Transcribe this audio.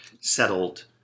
settled